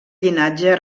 llinatge